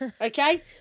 Okay